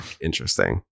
interesting